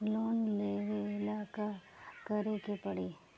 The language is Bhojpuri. लोन लेवे ला का करे के पड़ी?